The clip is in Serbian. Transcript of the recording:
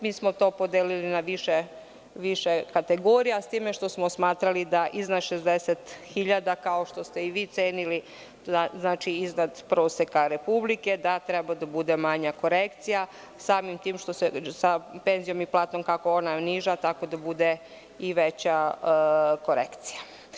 Mi smo to podelile na više kategorija, s time što smo smatrali da iznad 60.000 kao što ste i vi cenili, znači iznad proseka Republike da treba da bude manja korekcija, samim tim što se sa penzijom i platom kako je ona niža tako da bude i veća korekcija.